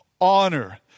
honor